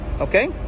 Okay